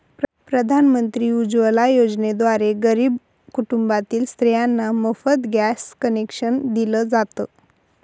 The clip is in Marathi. प्रधानमंत्री उज्वला योजनेद्वारे गरीब कुटुंबातील स्त्रियांना मोफत गॅस कनेक्शन दिल जात